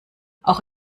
auch